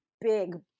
big